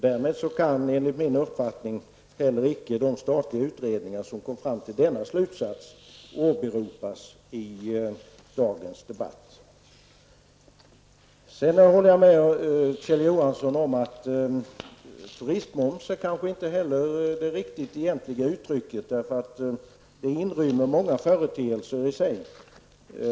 Därmed kan enligt min uppfattning heller icke de statliga utredningar som kom fram till denna slutsats åberopas i dagens debatt. Jag håller med Kjell Johansson om att turistmoms kanske inte är det riktiga uttrycket, för det inrymmer i sig så många företeelser.